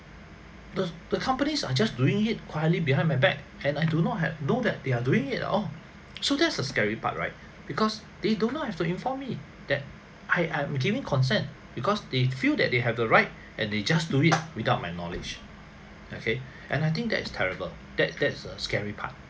the the companies are just doing it quietly behind my back and I do not have know that they are doing it at all so that's the scary part right because they do not have to inform me that I I have to give consent because they feel that they have the right and they just do it without my knowledge okay and I think that is terrible that that's the scary part